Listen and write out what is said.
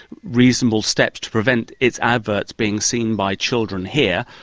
reasonable steps to prevent its adverts being seen by children here,